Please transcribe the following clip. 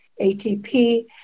ATP